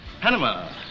Panama